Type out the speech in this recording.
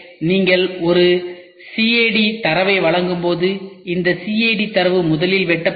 எனவே நீங்கள் ஒரு CAD தரவை வழங்கும்போது இந்த CAD தரவு முதலில் வெட்டப்படும்